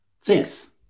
Six